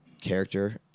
character